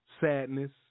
sadness